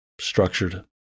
structured